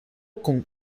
con